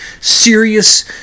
serious